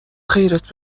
خیرت